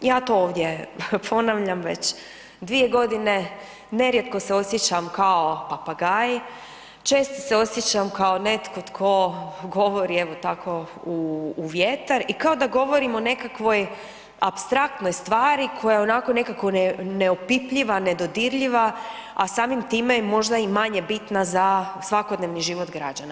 Ja to ovdje ponavljam već 2 godine, nerijetko se osjećam kao papagaj, često se osjećam kao netko tko govori evo tako u vjetar i kao da govorim o nekakvoj apstraktnoj stvari koja je onako nekako neopipljiva, nedodirljiva, a samim time je možda i manje bitna za svakodnevni život građana.